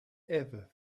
ever